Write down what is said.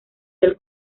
del